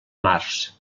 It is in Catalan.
març